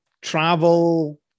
travel